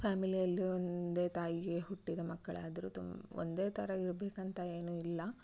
ಫ್ಯಾಮಿಲಿಯಲ್ಲಿ ಒಂದೇ ತಾಯಿಗೆ ಹುಟ್ಟಿದ ಮಕ್ಕಳಾದರು ತುಂಬ ಒಂದೇ ಥರ ಇರಬೇಕಂತ ಏನು ಇಲ್ಲ